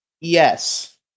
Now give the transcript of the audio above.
Yes